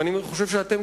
אני חושב שאתם,